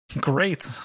Great